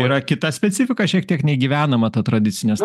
yra kita specifika šiek tiek nei gyvenama ta tradicinė